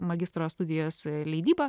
magistro studijas leidybą